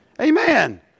Amen